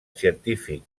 científic